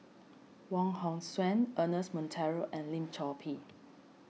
Wong Hong Suen Ernest Monteiro and Lim Chor Pee